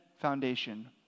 foundation